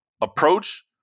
approach